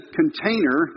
container